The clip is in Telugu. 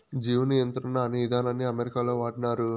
జీవ నియంత్రణ అనే ఇదానాన్ని అమెరికాలో వాడినారు